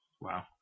Wow